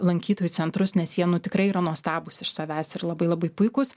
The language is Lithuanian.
lankytojų centrus nes jie nu tikrai yra nuostabūs iš savęs ir labai labai puikūs